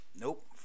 Nope